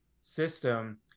system